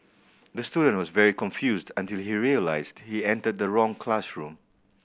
the student was very confused until he realised he entered the wrong classroom